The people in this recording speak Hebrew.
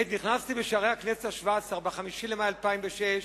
עת נכנסתי בשערי הכנסת השבע-עשרה ב-5 במאי 2006,